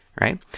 Right